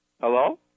Hello